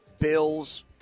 Bills